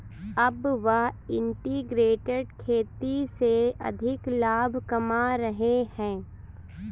अब वह इंटीग्रेटेड खेती से अधिक लाभ कमा रहे हैं